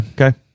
Okay